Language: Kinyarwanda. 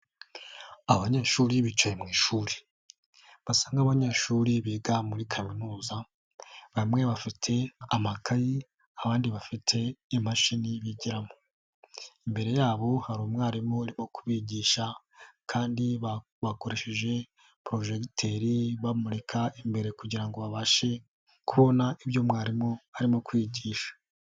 Aba abanyeshuri bicaye mu ishuri. Basa nk'abanyeshuri biga muri kaminuza. Bamwe bafite amakayi abandi bafite imashini bigiramo. Imbere yabo hari umwarimu wo kubigisha kandi bakoresheje porojegiteri, bamurika imbere kugira ngo babashe kubona ibyo mwarimu arimo kwigisha.